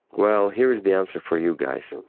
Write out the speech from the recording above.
well, here is the answer for you, guys.